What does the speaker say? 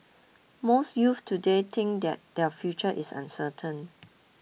most youths today think that their future is uncertain